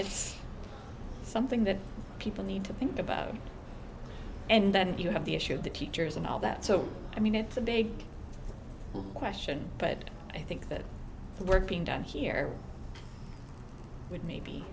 it's something that people need to think about and that you have the issue of the teachers and all that so i mean it's a big question but i think that the work being done here would maybe